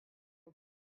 onze